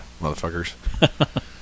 motherfuckers